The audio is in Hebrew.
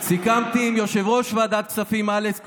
סיכמתי עם יושב-ראש ועדת כספים אלכס קושניר,